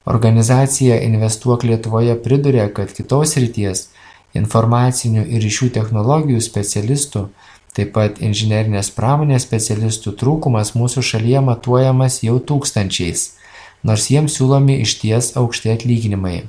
organizacija investuok lietuvoje priduria kad kitos srities informacinių ir ryšių technologijų specialistų taip pat inžinerinės pramonės specialistų trūkumas mūsų šalyje matuojamas jau tūkstančiais nors jiems siūlomi išties aukšti atlyginimai